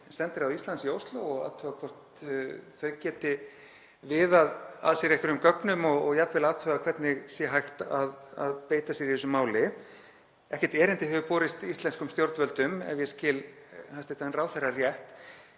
sendiráð Íslands í Ósló og athuga hvort þau geti viðað að sér einhverjum gögnum og jafnvel athugað hvernig sé hægt að beita sér í þessu máli. Ekkert erindi hefur borist íslenskum stjórnvöldum ef ég skil hæstv. ráðherra rétt.